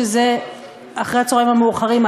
שזה אחר הצהריים המאוחרים,